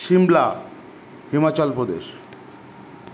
Shimla Himachal Pradesh